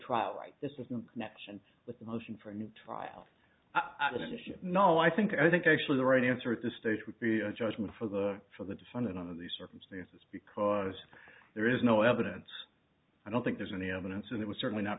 trial like this is no connection with a motion for a new trial i wouldn't you know i think i think actually the right answer at this stage would be a judgment for the for the defendant under the circumstances because there is no evidence i don't think there's any evidence and it was certainly not